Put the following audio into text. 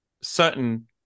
certain